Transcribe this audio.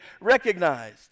recognized